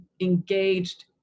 engaged